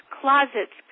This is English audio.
closets